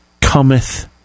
cometh